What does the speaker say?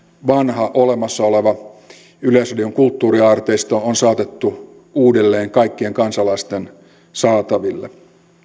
vanha olemassa oleva yleisradion kulttuuriaarteisto on saatettu uudelleen kaikkien kansalaisten saataville